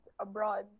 abroad